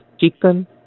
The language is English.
chicken